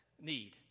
need